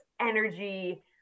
energy